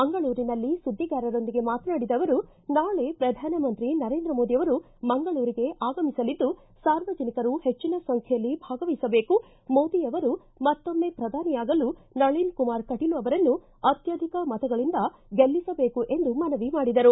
ಮಂಗಳೂರಿನಲ್ಲಿ ಸುದ್ದಿಗಾರರೊಂದಿಗೆ ಮಾತನಾಡಿದ ಅವರು ನಾಳೆ ಪ್ರಧಾನಮಂತ್ರಿ ನರೇಂದ್ರ ಮೋದಿ ಅವರು ಮಂಗಳೂರಿಗೆ ಆಗಮಿಸುತ್ತಿದ್ದು ಸಾರ್ವಜನಿಕರು ಪೆಜ್ಜನ ಸಂಖ್ಯೆಯಲ್ಲಿ ಭಾಗವಹಿಸಬೇಕು ಮೋದಿ ಅವರು ಮತ್ತೊಮ್ಮ ಪ್ರಧಾನಿಯಾಗಲು ನಳಿನ್ ಕುಮಾರ್ ಕಟೀಲು ಅವರನ್ನು ಅತ್ಯಧಿಕ ಮತಗಳಿಂದ ಗೆಲ್ಲಿಸಬೇಕು ಎಂದು ಮನವಿ ಮಾಡಿದರು